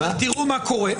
אבל ראה מה קורה,